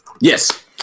Yes